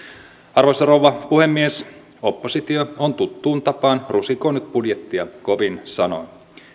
arvoisa rouva puhemies oppositio on tuttuun tapaan rusikoinut budjettia kovin sanoin